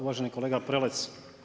Uvaženi kolega Prelec.